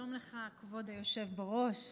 שלום לך, כבוד היושב בראש,